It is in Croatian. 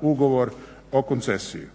ugovor o koncesiji.